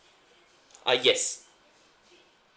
uh yes